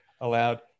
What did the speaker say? allowed